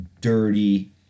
dirty